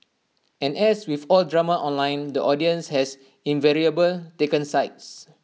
and as with all drama online the audience has invariable taken sides